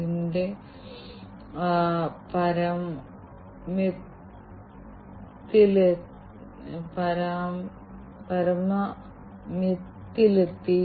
അതിനാൽ ഈ ശരീര താപനില സെൻസർ നമുക്ക് പറയാം ഇത് ഒരു രോഗിയുമായി ഘടിപ്പിച്ചിരിക്കുന്നു